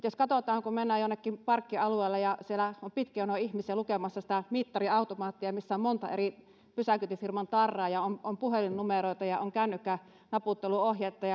jos katsotaan kun mennään jonnekin parkkialueelle ja siellä on pitkä jono ihmisiä lukemassa sitä mittariautomaattia missä on monta eri pysäköintifirman tarraa ja on on puhelinnumeroita ja on kännykkänaputteluohjeita